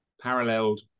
paralleled